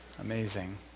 amazing